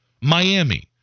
Miami